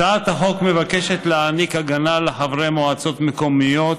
הצעת החוק מבקשת להעניק הגנה לחברי מועצות מקומיות,